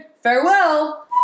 Farewell